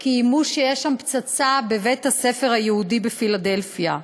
כי איימו שיש פצצה בבית-הספר היהודי בפילדלפיה.